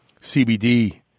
CBD